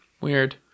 Weird